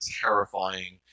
terrifying